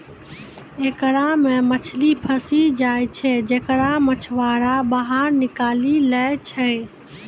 एकरा मे मछली फसी जाय छै जेकरा मछुआरा बाहर निकालि लै छै